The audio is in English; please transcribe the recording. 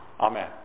Amen